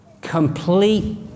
Complete